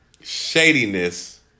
shadiness